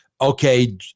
Okay